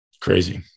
Crazy